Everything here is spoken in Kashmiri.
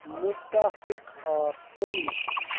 مُتَفِق آسُن